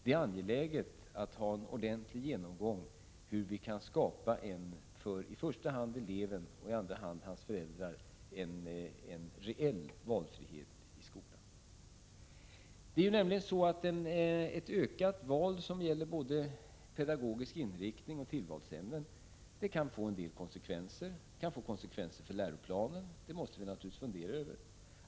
Det är angeläget att ha en ordentlig genomgång av hur vi skall skapa en i första hand för eleverna och i andra hand för föräldrarna reell valfrihet i skolan. Ökad valfrihet som gäller både pedagogisk inriktning och tillvalsämnen kan få en del konsekvenser. Det kan få konsekvenser för läroplanen, och det måste vi naturligtvis fundera över.